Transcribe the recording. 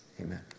Amen